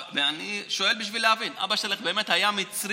אני שואל בשביל להבין: אבא שלך באמת היה מצרי?